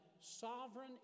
sovereign